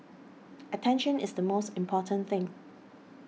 attention is the most important thing